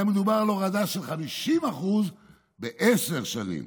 היה מדובר על הורדה של 50% בעשר שנים.